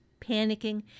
panicking